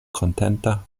kontenta